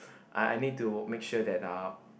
I I need to make sure that uh